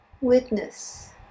witness